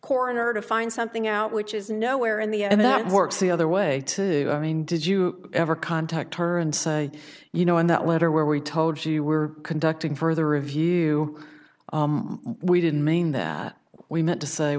coroner to find something out which is nowhere in the end that works the other way to i mean did you ever contact her and say you know in that letter we told you we're conducting further review we didn't mean that we meant to say